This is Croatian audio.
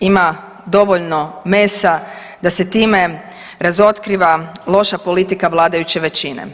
Ima dovoljno mesa da se time razotkriva loša politika vladajuće većine,